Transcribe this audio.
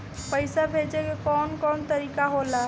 पइसा भेजे के कौन कोन तरीका होला?